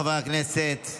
חברי הכנסת,